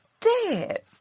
Dead